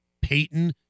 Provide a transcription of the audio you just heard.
Peyton